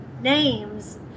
names